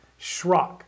Schrock